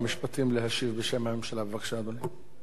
בבקשה, אדוני.